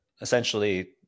essentially